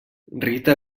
rita